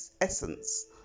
essence